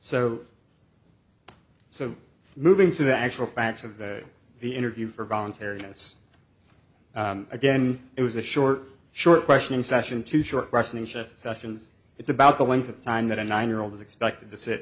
so so moving to the actual facts of the interview for voluntary yes again it was a short short question session two short questioning just sessions it's about the length of time that a nine year old is expected to sit